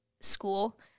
school